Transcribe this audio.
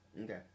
Okay